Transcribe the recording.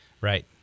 Right